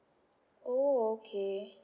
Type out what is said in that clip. oh okay